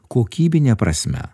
kokybine prasme